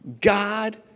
God